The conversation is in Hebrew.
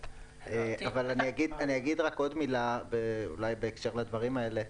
אבל אני אגיד רק עוד מילה אולי בהקשר לדברים האלה.